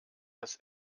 das